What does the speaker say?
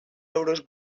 euros